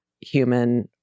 human